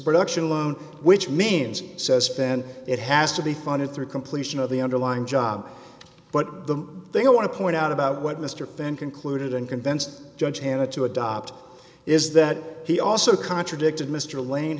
production loan which means says then it has to be funded through completion of the underlying job but the thing i want to point out about what mr fenn concluded and convinced judge hannah to adopt is that he also contradicted mr lane